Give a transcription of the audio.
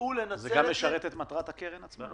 תדעו לנצל את זה --- זה גם משרת את מטרת הקרן עצמה.